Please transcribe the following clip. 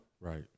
Right